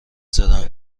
زدم